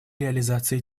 реализации